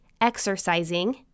exercising